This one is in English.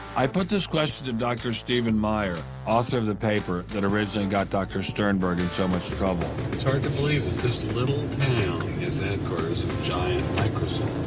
i put this question to dr. stephen meyer, author of the paper that originally got dr. sternberg in so much trouble. stein it's hard to believe that this little town is the headquarters of giant microsoft,